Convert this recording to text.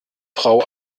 frau